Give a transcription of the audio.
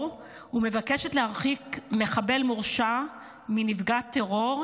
ומבקשת להרחיק מחבל מורשע מנפגע טרור,